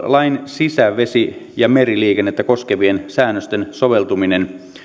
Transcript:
lain sisävesi ja meriliikennettä koskevien säännösten soveltuminen